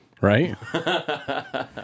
Right